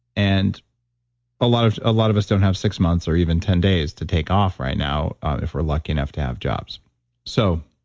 and a lot of lot of us don't have six months or even ten days to take off right now if we're lucky enough to have jobs so,